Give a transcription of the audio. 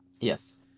Yes